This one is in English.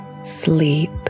sleep